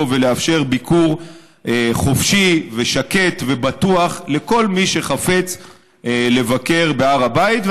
ולאפשר ביקור חופשי ושקט ובטוח לכל מי שחפץ לבקר בהר הבית.